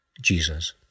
Jesus